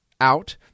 out